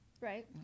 Right